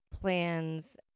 plans